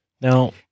Now